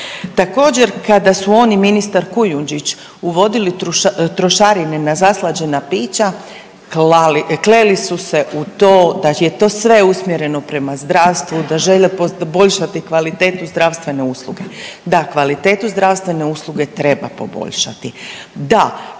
Također, kada su on i ministar Kujundžić uvodili trošarine na zaslađena pića, klali, kleli su se u to da je to sve usmjereno prema zdravstvu, da žele poboljšati kvalitetu zdravstvene usluge. Da, kvalitetu zdravstvene usluge treba poboljšati,